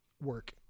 Work